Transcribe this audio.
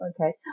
Okay